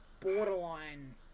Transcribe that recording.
borderline